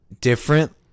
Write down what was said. different